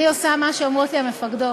אני עושה מה שאומרות לי המפקדות.